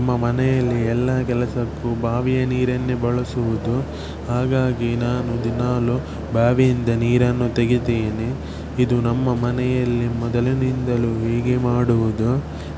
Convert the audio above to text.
ನಮ್ಮ ಮನೆಯಲ್ಲಿ ಎಲ್ಲ ಕೆಲಸಕ್ಕೂ ಬಾವಿಯ ನೀರನ್ನೇ ಬಳಸುವುದು ಹಾಗಾಗಿ ನಾನು ದಿನಾಲೂ ಬಾವಿಯಿಂದ ನೀರನ್ನು ತೆಗಿತೀನಿ ಇದು ನಮ್ಮ ಮನೆಯಲ್ಲಿ ಮೊದಲಿನಿಂದಲೂ ಹೀಗೆ ಮಾಡುವುದು